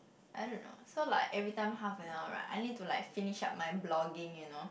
I don't know so like every time half an hour right I need to like finish up my blogging you know